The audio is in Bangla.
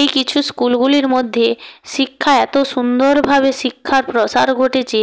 এই কিছু স্কুলগুলির মধ্যে শিক্ষা এত সুন্দরভাবে শিক্ষার প্রসার ঘটেছে